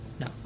No